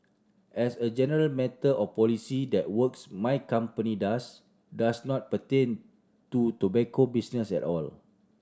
as a general matter of policy that works my company does does not pertain to tobacco business at all